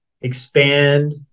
expand